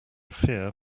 fear